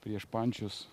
prieš pančius